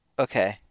Okay